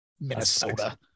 Minnesota